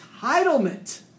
entitlement